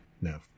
No